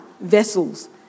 vessels